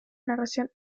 narración